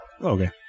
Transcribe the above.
okay